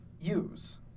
use